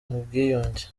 bwiyunge